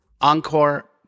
Encore